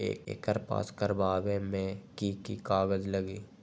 एकर पास करवावे मे की की कागज लगी?